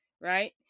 Right